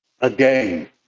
again